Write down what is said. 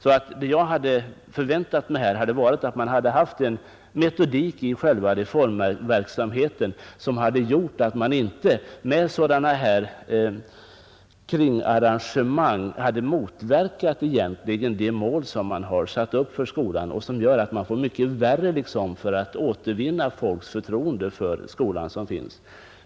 Vad jag hade förväntat mig här var således att man hade haft en metodik i själva reformverksamheten, som hade förhindrat att man med sådana här kringarrangemang egentligen motverkat det mål som man har satt upp för skolan och som gör att det blir mycket svårare att återvinna folks förtroende för den skola vi har.